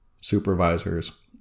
supervisors